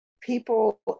people